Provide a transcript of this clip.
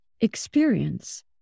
Experience